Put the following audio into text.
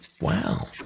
Wow